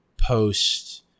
post